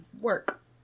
work